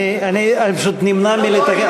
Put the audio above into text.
אני פשוט נמנע מלתקן.